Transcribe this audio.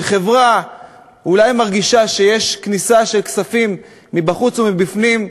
כשחברה אולי מרגישה שיש כניסה של כספים מבחוץ ומבפנים,